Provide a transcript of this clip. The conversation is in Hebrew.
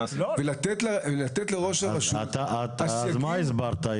איתן, את מה הסברת?